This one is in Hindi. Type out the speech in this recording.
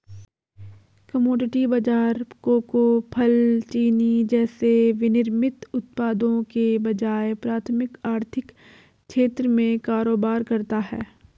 कमोडिटी बाजार कोको, फल, चीनी जैसे विनिर्मित उत्पादों के बजाय प्राथमिक आर्थिक क्षेत्र में कारोबार करता है